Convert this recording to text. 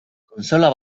kontsola